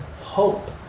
hope